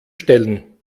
stellen